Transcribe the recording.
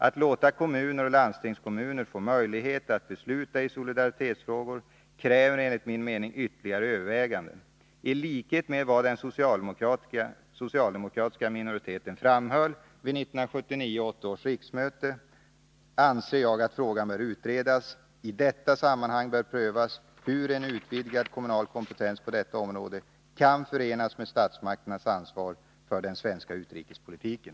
Att låta kommuner och landstingskommuner få möjlighet att besluta i solidaritetsfrågor kräver enligt min mening ytterligare överväganden. I likhet med vad den socialdemokratiska minoriteten framhöll vid 1979/80 års riksmöte anser jag att frågan bör utredas. I detta sammanhang bör prövas hur en utvidgad kommunal kompetens på detta område kan förenas med statsmakternas ansvar för den svenska utrikespolitiken.